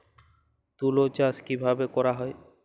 তুলো চাষ কিভাবে করা হয়?